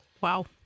Wow